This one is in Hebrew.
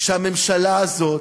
שהממשלה הזאת,